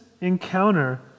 encounter